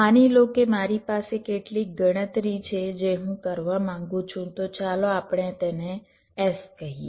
માની લો કે મારી પાસે કેટલીક ગણતરી છે જે હું કરવા માંગું છું તો ચાલો આપણે તેને S કહીએ